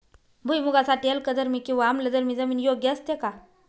भुईमूगासाठी अल्कधर्मी किंवा आम्लधर्मी जमीन योग्य असते का?